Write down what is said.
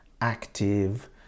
active